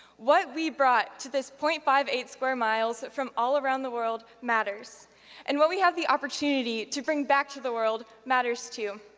what we brought to this point five eight square miles from all around the world matters and what we have the opportunity to bring back to the world matters, too.